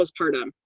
postpartum